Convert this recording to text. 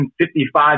$55